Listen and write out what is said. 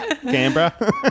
Canberra